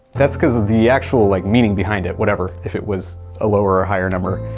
that's cause the actual, like, meaning behind it, whatever, if it was a lower or higher number,